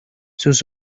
sus